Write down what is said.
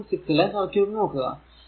6 ലെ സർക്യൂട് നോക്കുക